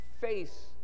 face